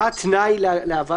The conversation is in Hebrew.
מה התנאי להבאת הצעת ההחלטה.